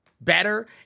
better